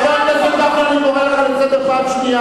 חבר הכנסת גפני, אני קורא לך לסדר פעם ראשונה.